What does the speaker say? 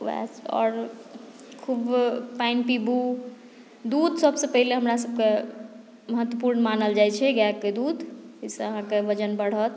वएह आओर खुब पानि पिबू दूध सभसँ पहिले हमरा सभकेँ महत्वपुर्ण मानल जाइ छै गायकेँ दूध एहिसे अहाँके वजन बढ़त